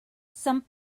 some